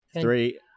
Three